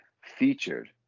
featured